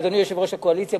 אדוני יושב-ראש הקואליציה,